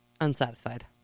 Unsatisfied